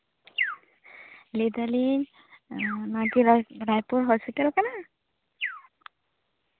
ᱞᱟᱹᱭ ᱫᱟᱞᱤᱝ ᱱᱚᱣᱟ ᱠᱤ ᱨᱟᱭᱯᱩᱨ ᱦᱚᱥᱯᱤᱴᱟᱞ ᱠᱟᱱᱟ